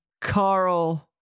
Carl